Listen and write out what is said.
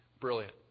Brilliant